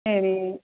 சரி